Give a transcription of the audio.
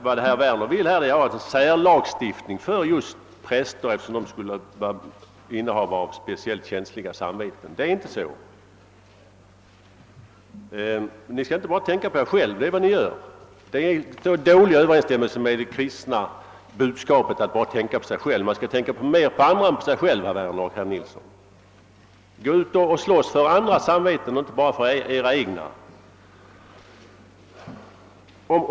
Vad herr Werner vill ha är en särlagstiftning för just präster därför att de skulle vara innehavare av speciellt känsliga samveten. Det är inte så. Ni skall inte bara tänka på er själva — det är vad ni gör. Det står i dålig överensstämmelse med det kristna budskapet. Man skall tänka mer på andra än sig själv, herr Werner och herr Nilsson i Agnäs! Gå ut och slåss för andras samveten och inte bara för era egna!